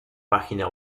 página